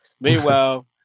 Meanwhile